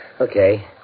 Okay